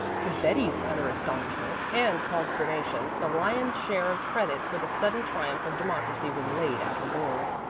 to betty's utter astonishment and consternation the lion's share of credit for the sudden triumph of democracy was laid at her door.